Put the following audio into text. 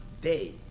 day